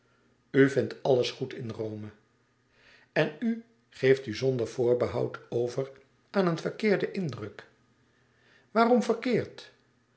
vindt alles goed in rome en u geeft u zonder voorbehoud over aan een verkeerden indruk waarom verkeerd